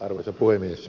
arvoisa puhemies